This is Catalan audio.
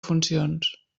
funcions